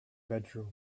bedroom